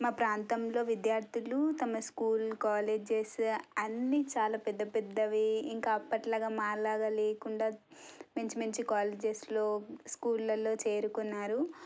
మా ప్రాంతంలో విద్యార్ధులు తమ స్కూల్ కాలేజెస్ అన్నీ చాలా పెద్ద పెద్దవి ఇంకా అప్పటి లాగా మా లాగా లేకుండా మంచి మంచి కాలేజస్లో స్కూళ్ళలో చేరుకున్నారు